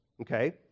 okay